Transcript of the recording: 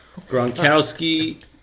Gronkowski